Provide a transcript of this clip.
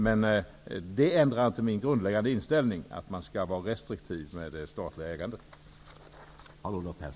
Men det här förändrar inte min grundläggande inställning, nämligen att man skall vara restriktiv med det statliga ägandet.